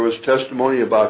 was testimony about